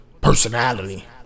personality